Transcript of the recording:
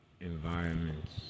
environments